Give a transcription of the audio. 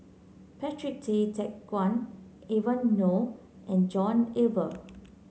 Patrick Tay Teck Guan Evon Kow and John Eber